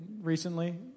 recently